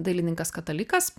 dailininkas katalikas